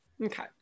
Okay